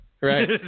right